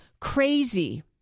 crazy